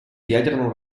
ядерного